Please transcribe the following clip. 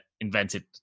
invented